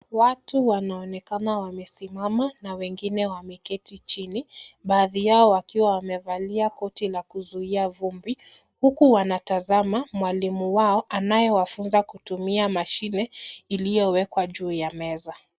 Watu wanaonekana wamesimama na wengine wameketi chini, baadhi yao wakiwa wamevalia koti la kuzuia vumbi, huku wanatazama mwalimu wao anayewafunza kutumia mashine, iliyowekwa juu ya meza.